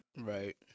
Right